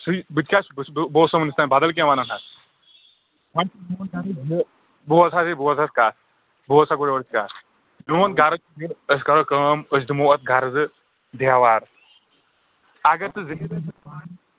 سُے بہٕ تہِ بہٕ اوسا وٕنیُک تام بَدَل کینٛہہ وَنان حظ زٕ بوز حظ ہے بوز حظ کَتھ بوز سا گۄڈ یورٕچ کَتھ میون غَرض چھُ یہِ أسۍ کَرو کٲم أسۍ دِمو اَتھ گَرٕ زٕ دٮ۪وار اَگر